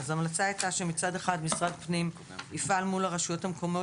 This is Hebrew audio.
ההמלצה הייתה שמצד אחד משרד הפנים יפעל מול הרשויות המקומיות